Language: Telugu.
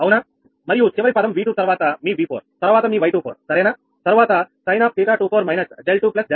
మరియు చివరి పదం 𝑉2 తర్వాత మీ 𝑉4 తర్వాత మీ 𝑌24 సరేనా తర్వాత sin𝜃24 − 𝛿2 𝛿4 అవునా